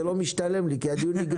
זה לא משתלם לי כי הדיון נגמר.